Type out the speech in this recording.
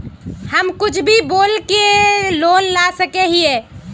हम कुछ भी बोल के लोन ला सके हिये?